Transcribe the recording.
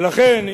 ולכן,